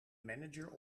manager